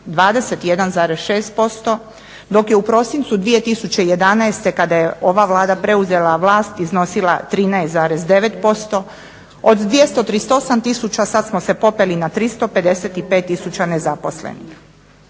21,6% dok je u prosincu 2011. kada je ova Vlada preuzela vlast iznosila 13,9%. Od 238 tisuća sada smo se popeli na 355 tisuća nezaposlenih.